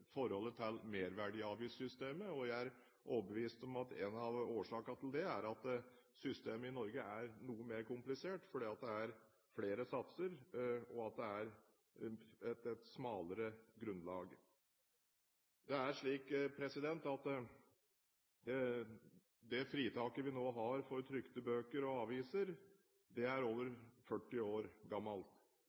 forholdet til merverdiavgiftsystemet, og jeg er overbevist om at en av årsakene til det er at systemet i Norge er noe mer komplisert fordi det er flere satser, og at det er et smalere grunnlag. Det fritaket vi nå har for trykte bøker og aviser, er over 40 år gammelt.